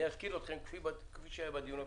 אני אתקיל אתכם כפי שהיה בדיון הקודם,